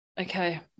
Okay